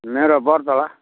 मेरो बरतला